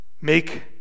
Make